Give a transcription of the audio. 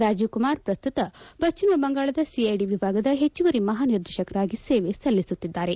ರಾಜೀವ್ಕುಮಾರ್ ಪ್ರಸ್ತುತ ಪಶ್ಚಿಮಾ ಬಂಗಾಳದ ಸಿಐಡಿ ವಿಭಾಗದ ಹೆಚ್ಚುವರಿ ಮಹಾನಿರ್ದೇಶಕರಾಗಿ ಸೇವೆ ಸಲ್ಲಿಸುತ್ತಿದ್ದಾರೆ